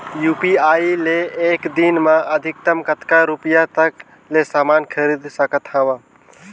UPI ले एक दिन म अधिकतम कतका रुपिया तक ले समान खरीद सकत हवं?